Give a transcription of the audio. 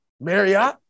Marriott